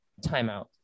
timeout